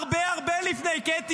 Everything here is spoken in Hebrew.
הרבה הרבה לפני כן,